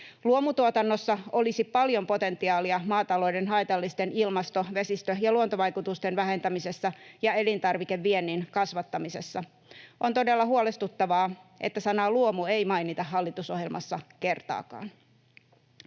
Luomutuotannossa olisi paljon potentiaalia maatalouden haitallisten ilmasto‑, vesistö‑ ja luontovaikutusten vähentämisessä ja elintarvikeviennin kasvattamisessa. On todella huolestuttavaa, että sanaa ”luomu” ei mainita hallitusohjelmassa kertaakaan.